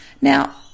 Now